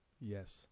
Yes